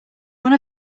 one